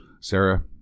Sarah